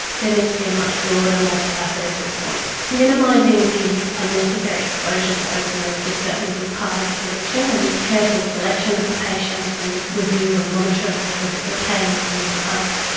there needs to be a much broader multifaceted response. minimising the unnecessary exposure to opioids would certainly be part of the solution, and careful selection of the patient and review and monitoring both of their pain and their mental health.